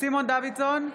סימון דוידסון,